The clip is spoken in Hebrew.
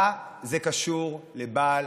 מה זה קשור לבעל